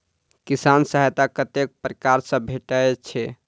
किसान सहायता कतेक पारकर सऽ भेटय छै?